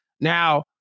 Now